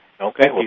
Okay